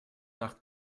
nach